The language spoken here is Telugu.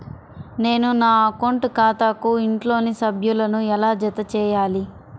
నేను నా అకౌంట్ ఖాతాకు ఇంట్లోని సభ్యులను ఎలా జతచేయాలి?